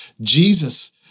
Jesus